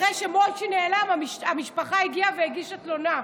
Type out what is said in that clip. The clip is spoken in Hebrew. אחרי שמוישי נעלם, המשפחה הגיעה והגישה תלונה,